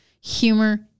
humor